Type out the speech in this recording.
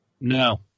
No